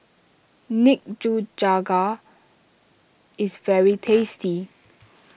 Nikujaga is very tasty